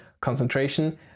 concentration